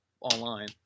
online